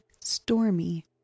Stormy